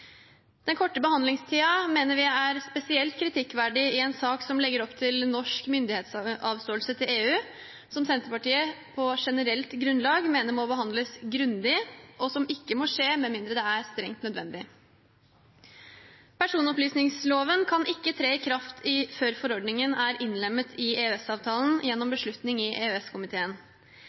Den korte behandlingstiden mener vi er spesielt kritikkverdig i en sak som legger opp til norsk myndighetsavståelse til EU, som Senterpartiet på generelt grunnlag mener må behandles grundig, og som ikke må skje med mindre det er strengt nødvendig. Personopplysningsloven kan ikke tre i kraft før forordningen er innlemmet i EØS-avtalen gjennom beslutning i